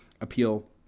appeal